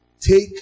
Take